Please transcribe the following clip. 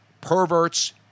perverts